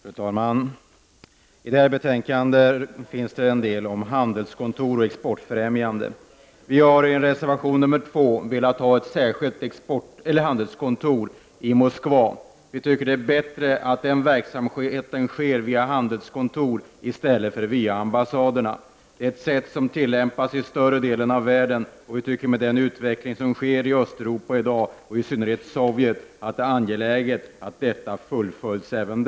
Fru talman! Det här betänkandet handlar om handelskontor och exportfrämjande. Vi har i reservation 2 velat ha ett särskilt handelskontor i Moskva. Vi tycker att det är bättre att verksamheten sköts via handelskontor än via ambassaderna. Det är ett sätt som tillämpas i större delar av världen. Med tanke på den utveckling som sker i Östeuropa i dag och i synnerhet i Sovjetunionen tycker vi att det är angeläget.